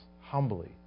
humbly